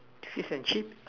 fish and chip